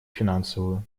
финансовую